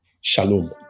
shalom